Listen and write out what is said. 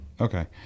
Okay